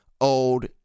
old